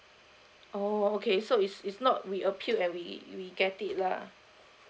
oh okay so it's it's not we appeal and we we get it lah